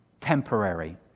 temporary